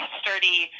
sturdy